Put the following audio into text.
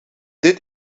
dit